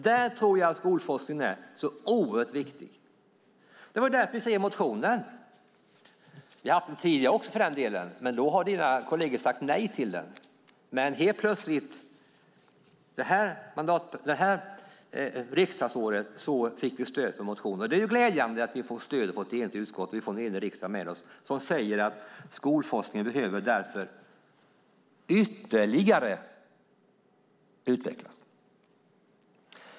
Där tror jag att skolforskningen är så oerhört viktig, och det är det vi säger i motionen. Vi har väckt den tidigare, men då har Jan Björklunds kolleger sagt nej till den. Men helt plötsligt fick vi i år stöd för vår motion. Det är glädjande att vi får stöd från ett enigt utskott och får en enig riksdag med oss som säger att skolforskningen behöver utvecklas ytterligare.